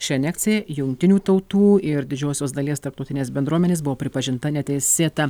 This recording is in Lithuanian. ši anekcija jungtinių tautų ir didžiosios dalies tarptautinės bendruomenės buvo pripažinta neteisėta